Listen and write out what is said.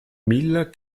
mille